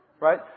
Right